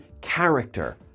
character